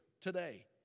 today